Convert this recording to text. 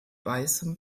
weißem